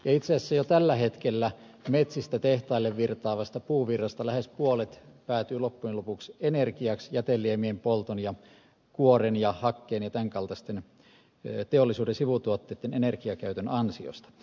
itse asiassa jo tällä hetkellä metsistä tehtaille virtaavasta puuvirrasta lähes puolet päätyy loppujen lopuksi energiaksi jäteliemien polton ja kuoren ja hakkeen ja tämän kaltaisten teollisuuden sivutuotteitten energiakäytön ansiosta